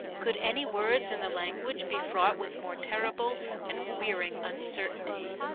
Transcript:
could any words in the language be fraught with more terrible and wearing uncertainty?